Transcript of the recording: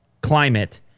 climate